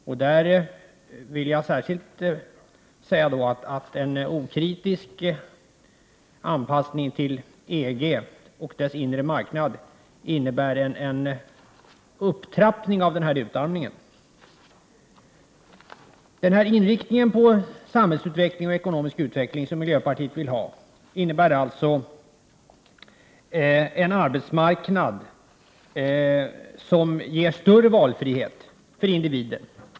I det sammanhanget vill jag särskilt säga att en okritisk anpassning till EG och dess inre marknad skulle innebära en upptrappning av denna utarmning. Den inriktning på samhällsutvecklingen och den ekonomiska utvecklingen som miljöpartiet vill ha medför således en arbetsmarknad som ger större valfrihet för individen.